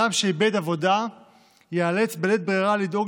אדם שאיבד עבודה ייאלץ בלית ברירה לדאוג